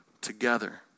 together